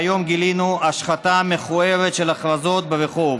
והיום גילינו השחתה מכוערת של הכרזות ברחוב.